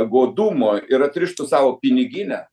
godumo ir atrištų savo piniginę